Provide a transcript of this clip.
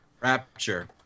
Rapture